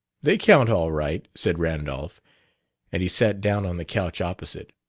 they count all right, said randolph and he sat down on the couch opposite.